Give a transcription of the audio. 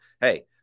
Hey